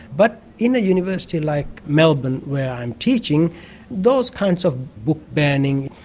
but in a university like melbourne where i'm teaching those kinds of book banning,